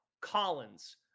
Collins